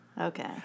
Okay